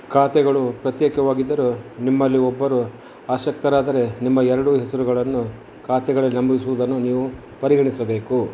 ಖಾತೆಗಳು ಪ್ರತ್ಯೇಕವಾಗಿದ್ದರೂ ನಿಮ್ಮಲ್ಲಿ ಒಬ್ಬರು ಅಶಕ್ತರಾದರೆ ನಿಮ್ಮ ಎರಡೂ ಹೆಸರುಗಳನ್ನು ಖಾತೆಗಳಲ್ಲಿ ನಮೂದಿಸುವುದನ್ನು ನೀವು ಪರಿಗಣಿಸಬೇಕು